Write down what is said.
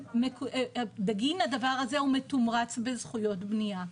בגין הדבר הזה הוא מתומרץ בזכויות בנייה.